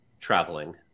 traveling